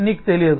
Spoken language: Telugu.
నీకు తెలియదు